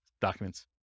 documents